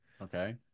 Okay